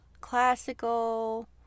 classical